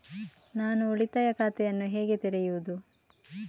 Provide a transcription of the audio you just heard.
ನಾನು ಉಳಿತಾಯ ಖಾತೆಯನ್ನು ಹೇಗೆ ತೆರೆಯುದು?